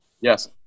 Yes